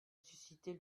suscitée